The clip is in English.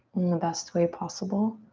in the best way possible.